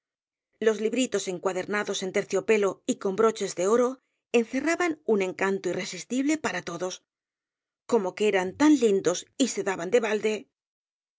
los libritos encuadernados en terciopelo y con broches de oro encerraban un e n canto irresistible para todos como que era tan lindos y se daban de balde